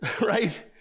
right